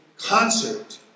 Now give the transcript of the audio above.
concert